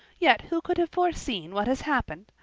yet who could have foreseen what has happened?